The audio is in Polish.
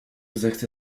zechce